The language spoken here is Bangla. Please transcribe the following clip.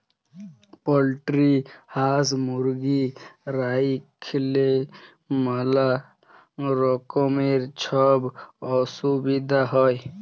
পলটিরি হাঁস, মুরগি রাইখলেই ম্যালা রকমের ছব অসুবিধা হ্যয়